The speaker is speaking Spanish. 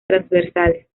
transversales